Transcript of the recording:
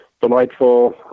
delightful